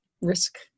risk